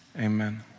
amen